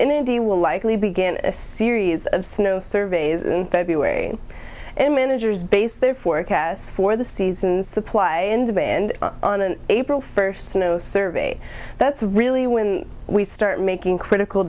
india will likely begin a series of snow surveys in february and managers base their forecasts for the season's supply and demand on an april first snow survey that's really when we start making critical